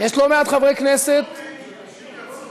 יש לא מעט חברי כנסת, סמוטריץ, אנשים יצאו.